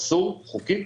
אסור חוקית.